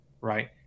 right